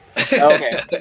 okay